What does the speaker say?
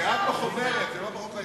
זה לא בחוק ההסדרים.